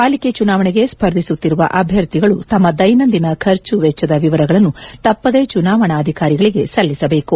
ಪಾಲಿಕೆ ಚುನಾವಣೆಗೆ ಸ್ಪರ್ಧಿಸುತ್ತಿರುವ ಅಭ್ಯರ್ಥಿಗಳು ತಮ್ಮ ದೈನಂದಿನ ಖರ್ಚು ವೆಚ್ಚದ ವಿವರಗಳನ್ನು ತಪ್ಪದೇ ಚುನಾವಣಾಧಿಕಾರಿಗಳಿಗೆ ಸಲ್ಲಿಸಬೇಕು